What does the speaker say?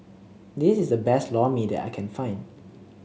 this is the best Lor Mee that I can find